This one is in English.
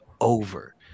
over